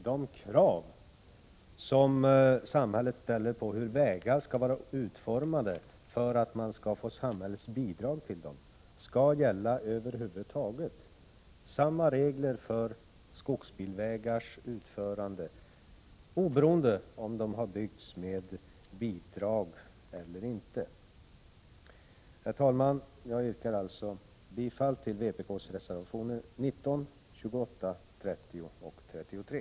De krav som samhället ställer på utförandet av vägar för att samhällets bidrag skall utgå anser vi skall gälla över huvud taget. Samma regler skall alltså gälla för skogsbilvägarnas utförande oberoende av om de byggs med bidrag eller inte. Herr talman! Jag yrkar bifall till vpk:s reservationer 19, 28, 30 och 33.